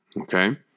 Okay